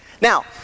Now